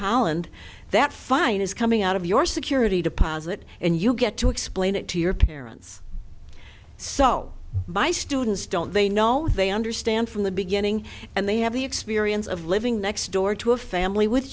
holland that fine is coming out of your security deposit and you get to explain it to your parents so by students don't they know they understand from the beginning and they have the experience of living next door to a family with